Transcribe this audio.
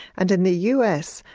and in the us,